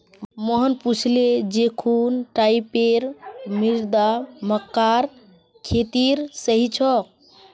मोहन पूछले जे कुन टाइपेर मृदा मक्कार खेतीर सही छोक?